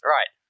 Right